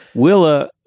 willa,